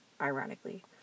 Ironically